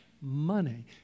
money